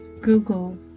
google